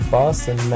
Boston